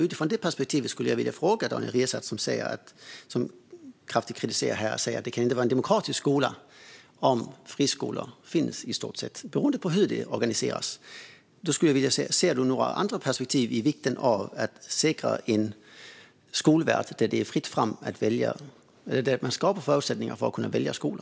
Utifrån det perspektivet skulle jag vilja fråga Daniel Riazat, som kraftigt kritiserar det här och säger att det i stort sett inte kan vara en demokratisk skola om friskolor finns, beroende på hur det organiseras: Ser du några andra perspektiv när det gäller vikten av att säkra en skolvärld där det är fritt fram att välja och där man skapar förutsättningar för att kunna välja skola?